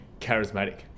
charismatic